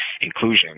inclusion